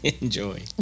enjoy